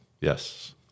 Yes